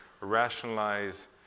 rationalize